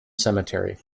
cemetery